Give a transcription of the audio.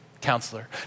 counselor